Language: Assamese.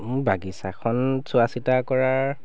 বাগিচাখন চোৱা চিতা কৰাৰ